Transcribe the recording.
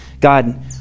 God